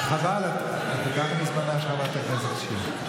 חבל, את לוקחת מזמנה של חברת הכנסת שיר.